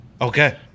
Okay